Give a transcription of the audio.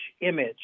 image